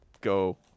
go